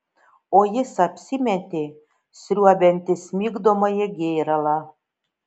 o jis apsimetė sriuobiantis migdomąjį gėralą